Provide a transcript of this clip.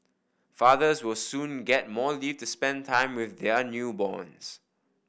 fathers will soon get more leave to spend time with their newborns